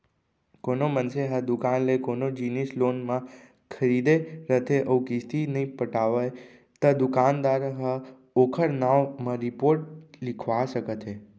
कोनो मनसे ह दुकान ले कोनो जिनिस लोन म खरीदे रथे अउ किस्ती नइ पटावय त दुकानदार ह ओखर नांव म रिपोट लिखवा सकत हे